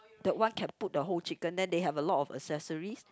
the one can put the whole chicken then they have a lot of accessories